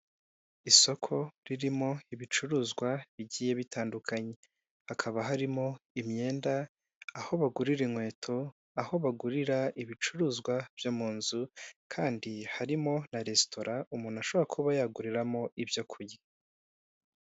Isoko ririmo ibicuruzwa bigiye bitandukanye, hakaba harimo imyenda, aho bagurira inkweto, aho bagurira ibicuruzwa byo mu nzu, kandi harimo na resitora aho umuntu ashobora kuba yaguriramo ibyo kurya.